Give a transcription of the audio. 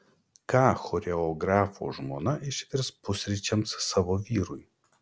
ką choreografo žmona išvirs pusryčiams savo vyrui